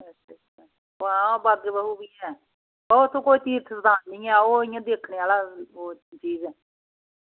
अच्छा अच्छा हां बाग ए बाहु बी ऐ ओह् ते कोई तीर्थ स्थान नेईं ऐ ओ इ'यां दिक्खने आह्ला ओह् चीज ऐ